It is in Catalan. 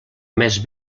més